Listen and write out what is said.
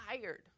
tired